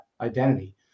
identity